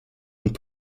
und